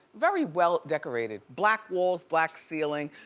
very well decorated. black walls, black ceiling,